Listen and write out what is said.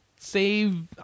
Save